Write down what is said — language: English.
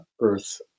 Earth